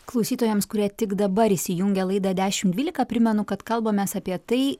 klausytojams kurie tik dabar įsijungia laida dešimt dvylika primenu kad kalbamės apie tai